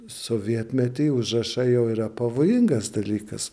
sovietmety užrašai jau yra pavojingas dalykas